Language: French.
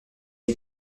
une